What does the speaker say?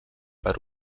per